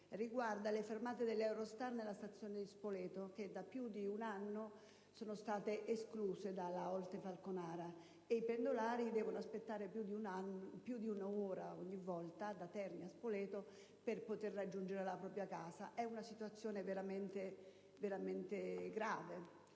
riguarda le fermate dell'Eurostar nella stazione di Spoleto, che da più di un anno sono state escluse dalla linea Orte-Falconara e i pendolari devono aspettare più di un'ora da Terni a Spoleto per poter raggiungere la propria casa. È una situazione veramente grave.